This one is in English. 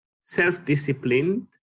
self-disciplined